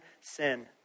sin